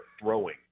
throwing